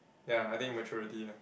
ya I think maturity ah